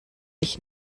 ich